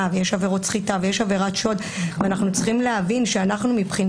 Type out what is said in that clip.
ויש עבירות סחיטה ויש עבירת שוד ועלינו להבין שמבחינתנו,